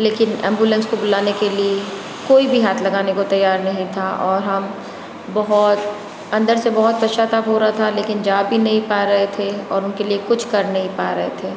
लेकिन एम्बुलेंस को बुलाने के लिए कोई भी हाथ लगाने को तैयार नहीं था और हम बहुत अंदर से बहुत पश्चताप हो रहा था लेकिन जा भी नहीं पा रहे थे और उनके लिए कुछ कर नहीं पा रहे थे